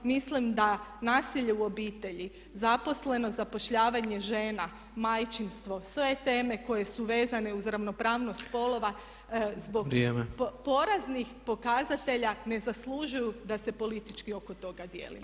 Mislim da nasilje u obitelji, zaposlenost, zapošljavanje žena, majčinstvo, sve teme koje su vezane uz ravnopravnost spolova zbog praznih pokazatelja ne zaslužuju da se politički oko toga dijelimo.